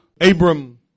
Abram